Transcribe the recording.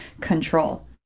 control